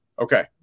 Okay